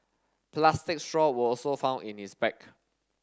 plastic straw were also found in his bag